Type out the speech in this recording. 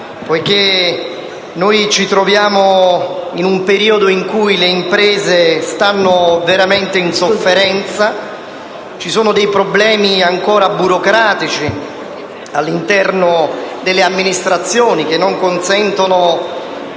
poiché ci troviamo in un periodo in cui le imprese sono veramente in sofferenza. Ci sono ancora dei problemi burocratici all'interno delle amministrazioni che non consentono